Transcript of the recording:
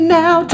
now